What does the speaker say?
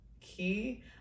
key